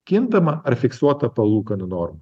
kintamą ar fiksuotą palūkanų normą